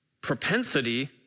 propensity